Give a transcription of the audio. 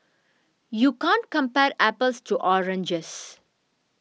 you can't compare apples to oranges